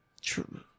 True